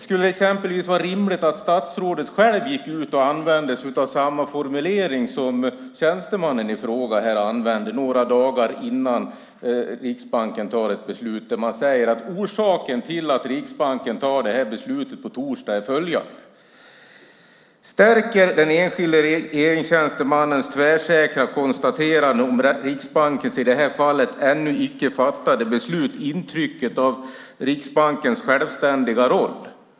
Skulle det exempelvis vara rimligt att statsrådet själv använde sig av samma formulering som tjänstemannen använde några dagar innan Riksbanken fattar ett beslut där han säger att orsaken till att Riksbanken fattar beslutet på torsdag är följande? Stärker den enskilde regeringstjänstemannens tvärsäkra konstateranden om Riksbankens i det här fallet ännu inte fattade beslut intrycket av Riksbankens självständiga roll?